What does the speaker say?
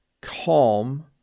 calm